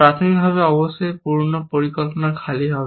প্রাথমিকভাবে অবশ্যই পুরানো পরিকল্পনা খালি হবে